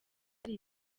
hari